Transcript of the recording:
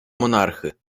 monarchy